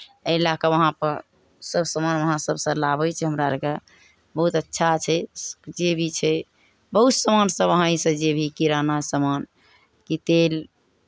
एहि लए कऽ वहाँपर सभ सामान वहाँ सभसँ लाबै छी हमरा आरकेँ बहुत अच्छा छै जे भी छै बहुत सामानसभ वहाँसँ इसभ जे भी किरानाके सामान कि तेल